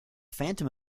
phantom